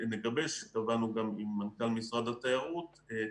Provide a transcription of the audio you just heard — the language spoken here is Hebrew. קבענו גם עם מנכ"ל משרד התיירות,